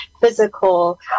physical